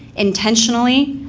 intentionally,